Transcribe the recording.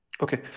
Okay